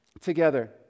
together